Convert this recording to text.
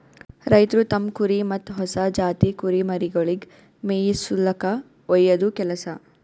ರೈತ್ರು ತಮ್ಮ್ ಕುರಿ ಮತ್ತ್ ಹೊಸ ಜಾತಿ ಕುರಿಮರಿಗೊಳಿಗ್ ಮೇಯಿಸುಲ್ಕ ಒಯ್ಯದು ಕೆಲಸ